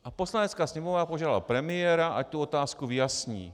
A Poslanecká sněmovna požádala premiéra, ať tu otázku vyjasní.